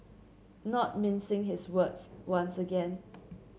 not mincing his words once again